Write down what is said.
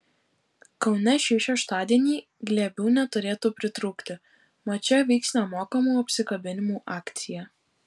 kaune šį šeštadienį glėbių neturėtų pritrūkti mat čia vyks nemokamų apsikabinimų akcija